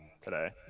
today